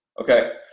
okay